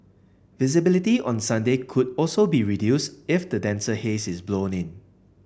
visibility on Sunday could also be reduced if the denser haze is blown in